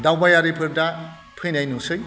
दावबायारिफोर दा फैनाय नुसै